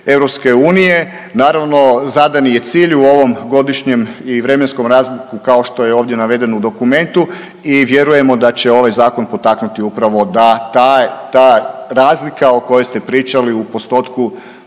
europske, EU. Naravno zadani je cilj u ovom godišnjem i vremenskom …/Govornik se ne razumije/… kao što je ovdje navedeno u dokumentu i vjerujemo da će ovaj zakon potaknuti upravo da ta razlika o kojoj ste pričali u postotku